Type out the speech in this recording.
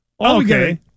Okay